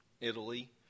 Italy